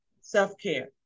self-care